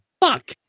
fuck